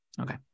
Okay